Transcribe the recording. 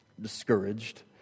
discouraged